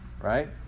Right